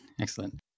Excellent